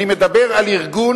אני מדבר על ארגון